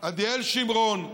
עדיאל שמרון,